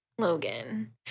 Logan